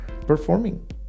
performing